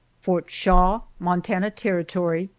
fort shaw, montana territory,